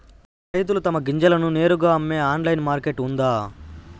రైతులు తమ గింజలను నేరుగా అమ్మే ఆన్లైన్ మార్కెట్ ఉందా?